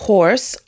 Horse